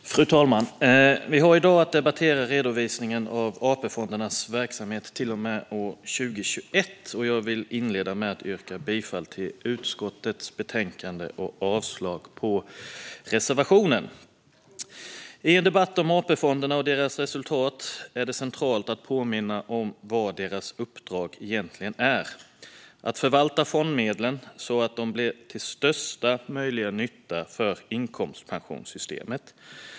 Redovisning av AP-fondernas verksamhet t.o.m. 2021 Fru talman! Vi har i dag att debattera redovisningen av AP-fondernas verksamhet till och med 2021, och jag vill inleda med att yrka bifall till utskottets förslag i betänkandet och avslag på reservationen. I en debatt om AP-fonderna och deras resultat är det centralt att påminna om vad deras uppdrag egentligen är: att förvalta fondmedlen så att de blir till största möjliga nytta för inkomstpensionssystemet.